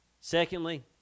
Secondly